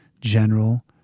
general